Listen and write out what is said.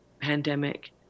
pandemic